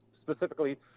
specifically